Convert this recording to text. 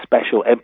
special